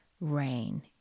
rain